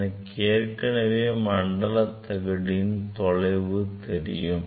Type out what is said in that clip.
எனக்கு ஏற்கனவே மண்டல தகட்டின் தொலைவு தெரியும்